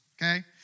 okay